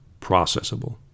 processable